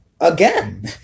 Again